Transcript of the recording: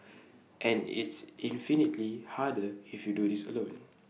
and it's infinitely harder if you do this alone